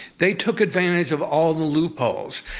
they took advantage of all the loopholes.